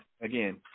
again